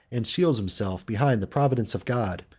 and shields himself behind the providence of god,